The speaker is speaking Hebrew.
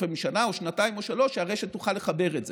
לפעמים שנה או שנתיים או שלוש כדי שהרשת תוכל לחבר את זה.